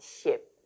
ship